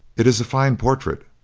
it is a fine portrait,